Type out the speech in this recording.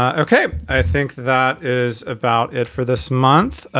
ah okay. i think that is about it for this month.